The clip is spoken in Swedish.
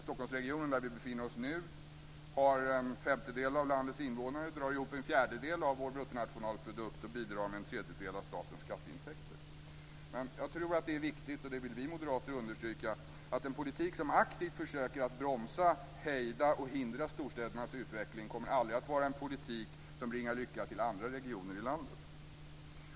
Stockholmsregionen, där vi nu befinner oss, har en femtedel av landets invånare, drar ihop en fjärdedel av vår bruttonationalprodukt och bidrar med en tredjedel av statens skatteintäkter. Jag tror att det är viktigt, och det vill vi moderater understryka, att en politik som aktivt försöker bromsa, hejda och hindra storstädernas utveckling aldrig kommer att vara en politik som bringar lycka för andra regioner i landet.